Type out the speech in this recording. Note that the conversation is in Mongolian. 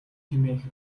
хэмээх